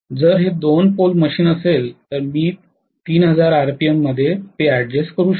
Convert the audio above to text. जर हे 2 pole machine असेल तर मी 3000 आरपीएम मध्ये अॅडजस्ट करू शकतो